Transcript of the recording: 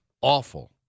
awful